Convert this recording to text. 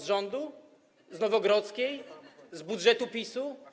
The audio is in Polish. Z rządu, z Nowogrodzkiej, z budżetu PiS-u?